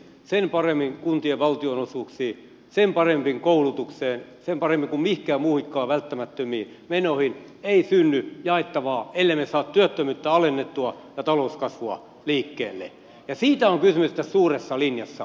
sen paremmin kuntien valtionosuuksiin sen paremmin koulutukseen sen paremmin kuin mihinkään muihinkaan välttämättömiin menoihin ei synny jaettavaa ellemme saa työttömyyttä alennettua ja talouskasvua liikkeelle ja siitä on kysymys tässä suuressa linjassa